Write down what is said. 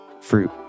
fruit